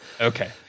Okay